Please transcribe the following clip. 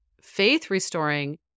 faith-restoring